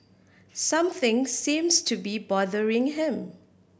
something seems to be bothering him